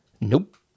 Nope